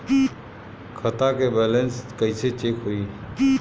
खता के बैलेंस कइसे चेक होई?